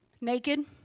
naked